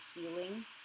healing